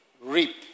reap